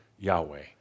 Yahweh